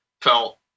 felt